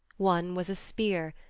one was a spear,